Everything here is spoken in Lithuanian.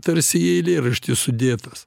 tarsi į eilėraštį sudėtas